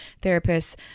therapists